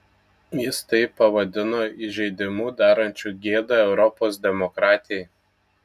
jis tai pavadino įžeidimu darančiu gėdą europos demokratijai